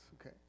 okay